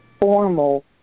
formal